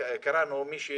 5.(א)ביקש מוסד תכנון לקיים